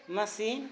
machine